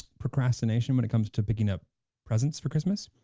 procrastination when it comes to picking up presents for christmas,